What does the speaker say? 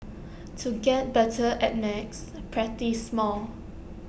to get better at maths practise more